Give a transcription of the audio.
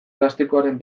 plastikoaren